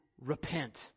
repent